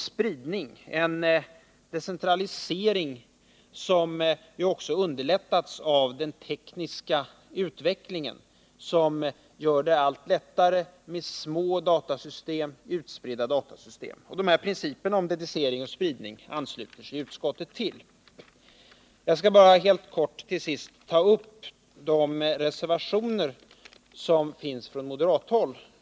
Spridning skall innebära en decentralisering, som underlättas av den tekniska utvecklingen, som gör det allt lättare att arbeta med små, utspridda datasystem. Dessa principer om decidering och spridning ansluter sig utskottet till. Jag skall till sist helt kort ta upp de reservationer som finns från moderathåll.